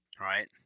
Right